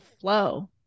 flow